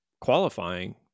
qualifying